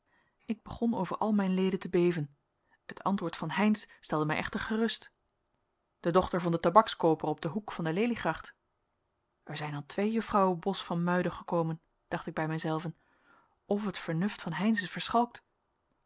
ik begon over al mijn leden te beven het antwoord van heynsz stelde mij echter gerust de dochter van den tabakskooper op den hoek van de leliegracht er zijn dan twee juffrouwen bos van muiden gekomen dacht ik bij mij zelven of het vernuft van heynsz